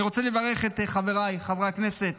אני רוצה לברך את חבריי חברי הכנסת